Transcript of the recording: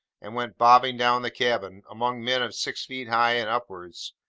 and went bobbing down the cabin, among men of six feet high and upwards,